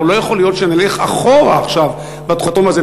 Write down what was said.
הרי לא יכול להיות שנלך אחורה עכשיו בתחום הזה.